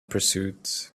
pursuit